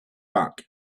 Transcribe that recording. back